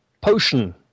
potion